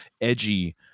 edgy